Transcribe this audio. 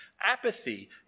apathy